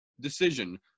decision